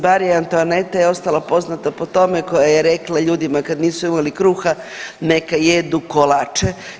Bar je Antoaneta je ostala poznata po tome koja je rekla ljudima kad nisu imali kruha neka jedu kolače.